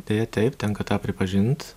deja taip tenka tą pripažint